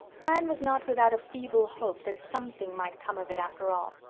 anne was not without a feeble hope that something might come of it after all.